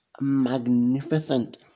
magnificent